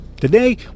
Today